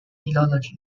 philology